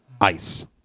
ice